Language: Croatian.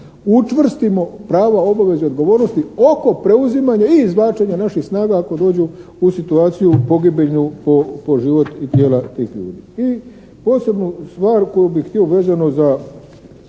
učvrstimo prava, obaveze i odgovornosti oko preuzimanja i izvlačenja naših snaga ako dođu u situaciju pogibeljnu po život i tijela tih ljudi. I posebnu stvar koju bih htio vezano za